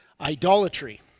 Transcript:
Idolatry